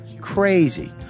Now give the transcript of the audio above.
Crazy